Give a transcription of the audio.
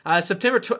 September